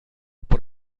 por